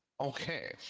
Okay